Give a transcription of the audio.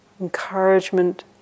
encouragement